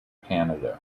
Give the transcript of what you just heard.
canada